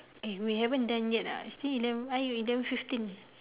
eh we haven't done yet ah still eleven !aiyo! eleven fifteen